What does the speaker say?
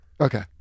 Okay